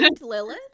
Lilith